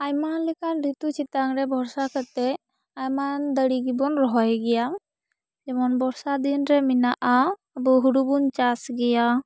ᱟᱭᱢᱟ ᱞᱮᱠᱟᱱ ᱨᱤᱛᱩ ᱪᱮᱛᱟᱱ ᱨᱮ ᱵᱷᱚᱨᱥᱟ ᱠᱟᱛᱮ ᱟᱭᱢᱟ ᱫᱟᱹᱨᱤ ᱜᱮᱵᱚᱱ ᱨᱚᱦᱚᱭ ᱜᱮᱭᱟ ᱡᱮᱢᱚᱱ ᱵᱚᱨᱥᱟ ᱫᱤᱱ ᱨᱮ ᱢᱮᱱᱟᱜᱼᱟ ᱟᱵᱚ ᱦᱩᱲᱩ ᱵᱚᱱ ᱪᱟᱥ ᱜᱮᱭᱟ